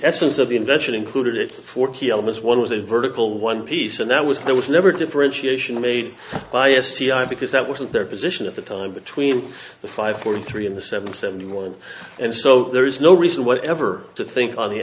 essence of the invention included forty elements one was a vertical one piece and that was there was never a differentiation made by s g i because that wasn't their position at the time between the five forty three and the seven seventy one and so there is no reason whatever to think on the